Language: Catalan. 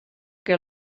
que